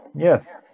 Yes